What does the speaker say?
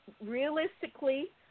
realistically